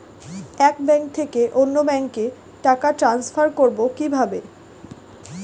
এক ব্যাংক থেকে অন্য ব্যাংকে টাকা ট্রান্সফার করবো কিভাবে?